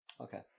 okay